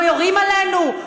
לא יורים עלינו?